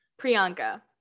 Priyanka